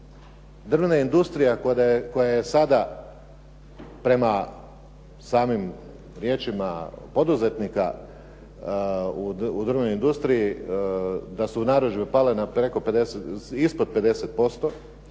drvna industrija koja je sada prema samim riječima poduzetnika u drvnoj industriji da su narudžbe pale ispod 50%,